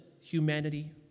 humanity